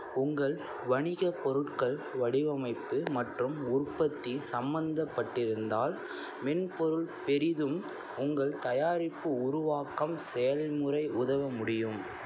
உங்கள் வணிக பொருட்கள் வடிவமைப்பு மற்றும் உற்பத்தி சம்பந்தப்பட்டிருந்தால் மென்பொருள் பெரிதும் உங்கள் தயாரிப்பு உருவாக்கம் செயல்முறை உதவ முடியும்